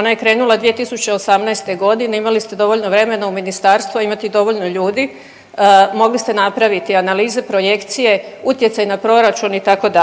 Ona je krenula 2018. godine imali ste dovoljno vremena u ministarstvu, a imate i dovoljno ljudi, mogli ste napraviti analize, projekcije, utjecaj na proračun itd.